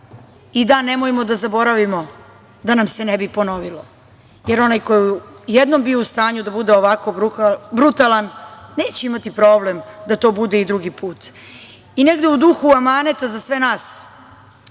I da, nemojmo da zaboravimo da nam se ne bi ponovilo, jer onaj koji je jednom bio u stanju da bude ovako brutalan, neće imati problem da to bude i drugi put. Negde u duhu amaneta za sve nas,